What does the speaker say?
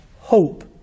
hope